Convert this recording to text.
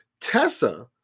Tessa